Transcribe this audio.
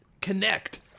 connect